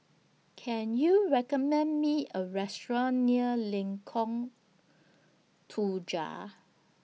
Can YOU recommend Me A Restaurant near Lengkong Tujuh